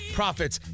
profits